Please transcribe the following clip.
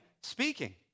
speaking